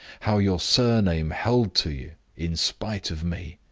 how your surname held to you, in spite of me!